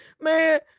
Man